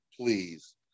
Please